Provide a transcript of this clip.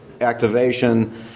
activation